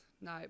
no